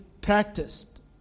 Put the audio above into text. practiced